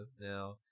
now